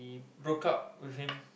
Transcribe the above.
broke up with him